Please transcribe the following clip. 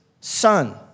son